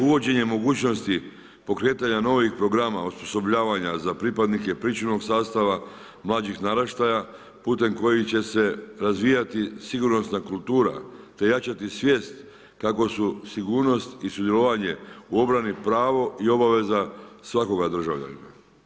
Uvođenje mogućnosti pokretanja novih programa osposobljavanja za pripadnike pričuvnog sastava mlađih naraštaja putem kojih će se razvijati sigurnosna kultura, te jačati svijest kako su sigurnost i sudjelovanje u obrani pravo i obaveza svakoga državljanina.